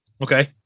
Okay